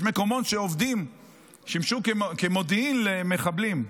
יש מקומות שעובדים שימשו מודיעים למחבלים,